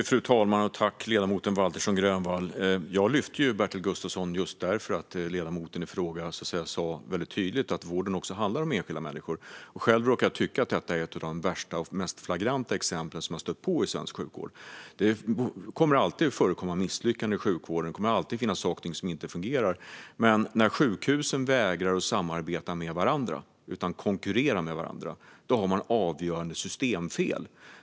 Fru talman! Jag lyfte fram Bertil Gustafsson just därför att ledamoten Camilla Waltersson Grönvall tydligt sa att vården handlar om enskilda människor. Själv råkar jag tycka att detta är ett av de värsta och mest flagranta exempel som jag har stött på i svensk sjukvård. Det kommer alltid att förekomma misslyckanden och saker som inte fungerar i sjukvården, men när sjukhusen vägrar att samarbeta utan konkurrerar med varandra har man ett avgörande systemfel.